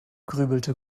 grübelte